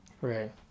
Right